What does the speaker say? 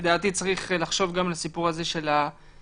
לדעתי צריך לחשוב גם על הסיפור הזה של האוכל,